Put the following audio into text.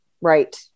Right